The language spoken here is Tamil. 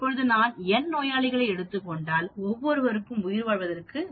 இப்போது நான் n நோயாளிகளை எடுத்துக் கொண்டால் ஒவ்வொருவருக்கும் உயிர்வாழ்வது 0